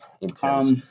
Intense